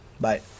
Bye